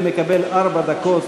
ארבע דקות